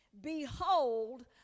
Behold